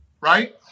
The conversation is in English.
right